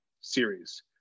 series